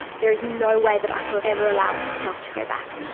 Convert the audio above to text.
there is no way that i could ever allow myself to go back.